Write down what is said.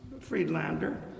Friedlander